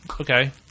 Okay